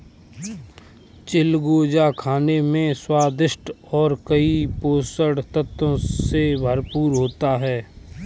चिलगोजा खाने में स्वादिष्ट और कई पोषक तत्व से भरपूर होता है